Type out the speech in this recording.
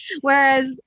Whereas